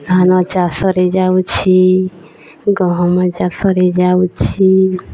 ଧାନ ଚାଷରେ ଯାଉଛି ଗହମ ଚାଷରେ ଯାଉଛି